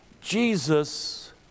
Jesus